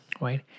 right